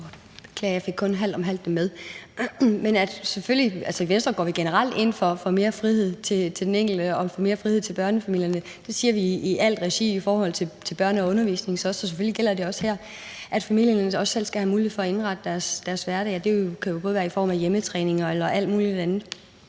det kun halvt om halvt med. I Venstre går vi selvfølgelig generelt ind for mere frihed til den enkelte og for mere frihed til børnefamilierne. Det siger vi også i alt regi i forhold til børn og undervisning, og selvfølgelig gælder det også her, at familierne selv skal have mulighed for at indrette deres hverdag, og det kan jo både være i form af hjemmetræning og alt muligt andet.